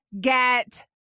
get